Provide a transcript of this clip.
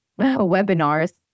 webinars